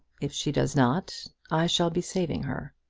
if she does not, i shall be saving her.